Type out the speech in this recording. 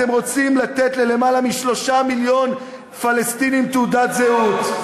אתם רוצים לתת ליותר מ-3 מיליון פלסטינים תעודת זהות.